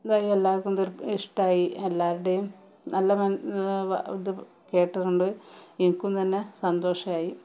ഇതായി എല്ലാവർക്കും തൃ ഇഷ്ടമായി എല്ലാവരുടെയും നല്ല മൻ ഇത് കേട്ടിട്ടുണ്ട് എനിക്കും നല്ല സന്തോഷമായി